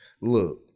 Look